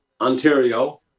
Ontario